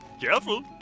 Careful